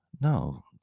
no